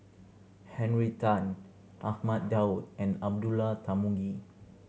Henry Tan Ahmad Daud and Abdullah Tarmugi